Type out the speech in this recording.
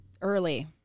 early